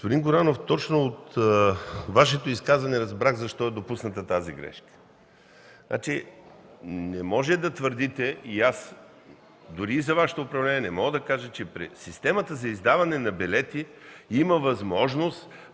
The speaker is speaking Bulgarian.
Господин Горанов, точно от Вашето изказване разбрах защо е допусната тази грешка. Не може да твърдите и аз дори и за Вашето управление не мога да кажа, че при системата за издаване на билети има възможност,